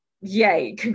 Yay